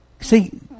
See